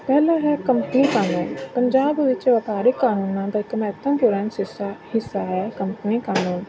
ਪਹਿਲਾ ਹੈ ਕੰਪਨੀ ਕਾਨੂੰਨ ਪੰਜਾਬ ਵਿੱਚ ਵਪਾਰਕ ਕਾਨੂੰਨਾਂ ਦਾ ਇੱਕ ਮਹੱਤਵਪੂਰਨ ਹਿੱਸਾ ਹਿੱਸਾ ਹੈ ਕੰਪਨੀ ਕਾਨੂੰਨ